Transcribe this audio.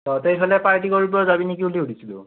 তহঁতে এইফালে পাৰ্টি কৰিব যাবি নেকি বুলি সুধিছিলোঁ